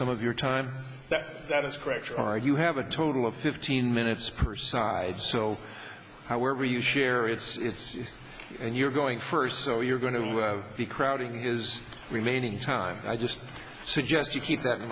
some of your time that that is correct or are you have a total of fifteen minutes per side so however you share it's and you're going first so you're going to be crowding his remaining time i just suggest you keep that in